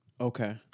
Okay